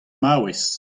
maouez